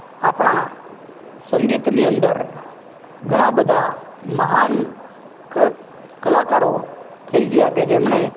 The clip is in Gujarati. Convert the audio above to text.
આપણાં સંગીતની અંદર ઘણાં બધાં મહાન કલાકારો થઈ ગયા કે જેમણે